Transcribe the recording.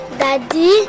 daddy